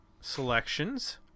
selections